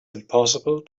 impossible